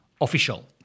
official